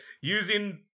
using